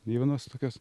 nei vienos tokios